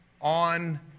on